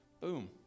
boom